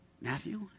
Matthew